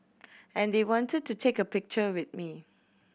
and they wanted to take a picture with me